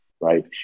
Right